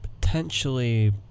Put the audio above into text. potentially